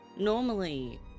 normally